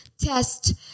test